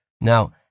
Now